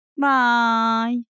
Bye